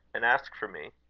and ask for me.